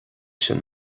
sin